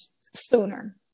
sooner